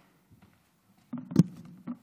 חבריי חברי הכנסת,